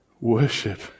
Worship